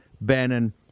Bannon